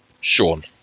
Sean